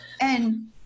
And-